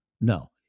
no